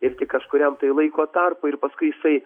ir tik kažkuriam laiko tarpui ir paskui jisai